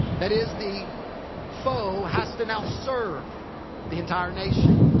that is, the foe has to now serve the entire nation.